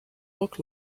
look